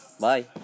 Bye